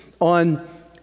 on